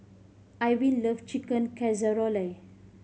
Irvine love Chicken Casserole